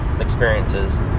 experiences